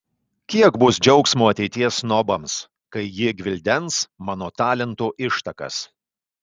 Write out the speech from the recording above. kiek bus džiaugsmo ateities snobams kai jie gvildens mano talento ištakas